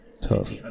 tough